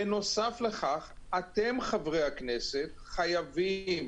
בנוסף, אתם, חברי הכנסת, חייבים